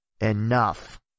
enough